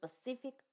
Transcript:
specific